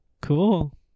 cool